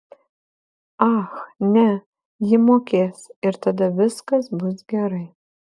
ach ne ji mokės ir tada viskas bus gerai